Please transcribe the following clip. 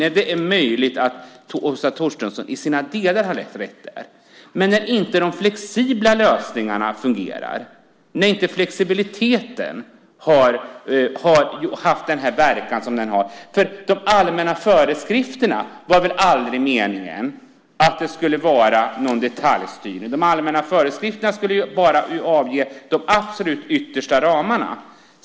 Nej, det är möjligt att Åsa Torstensson delvis har rätt i det. Men flexibiliteten har ju inte haft den verkan som den skulle ha, för det var väl aldrig meningen att de allmänna föreskrifterna skulle vara detaljstyrande. De allmänna föreskrifterna skulle bara ange de absolut yttersta ramarna.